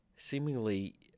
Seemingly